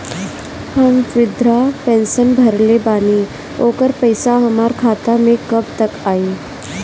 हम विर्धा पैंसैन भरले बानी ओकर पईसा हमार खाता मे कब तक आई?